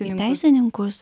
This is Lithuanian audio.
į teisininkus